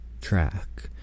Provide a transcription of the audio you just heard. track